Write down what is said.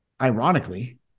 ironically